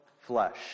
flesh